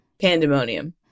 Pandemonium